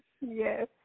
Yes